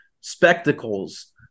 spectacles